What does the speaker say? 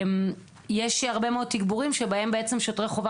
יש הרבה מאוד תגבורים שבהם שוטרי חובה